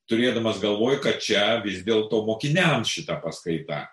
turėdamas galvoj kad čia vis dėl to mokiniams šita paskaita